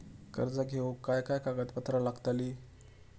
कर्ज घेऊक काय काय कागदपत्र लागतली?